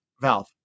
Valve